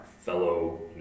fellow